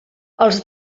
els